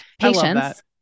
patience